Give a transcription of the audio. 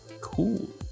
cool